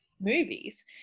movies